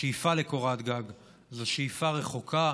השאיפה לקורת גג זאת שאיפה רחוקה.